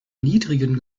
niedrigen